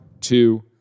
two